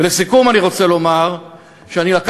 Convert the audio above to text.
ולסיכום אני רוצה לומר שלקחתי,